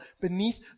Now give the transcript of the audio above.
beneath